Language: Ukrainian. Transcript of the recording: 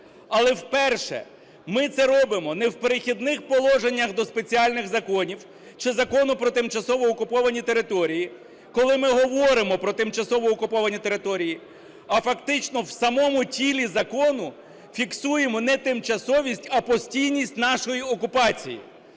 але вперше ми це робимо не в перехідних положеннях до спеціальних законів чи Закону про тимчасово окуповані території, коли ми говоримо про тимчасово окуповані території, а фактично в самому тілі закону фіксуємо не тимчасовість, а постійність нашої окупації.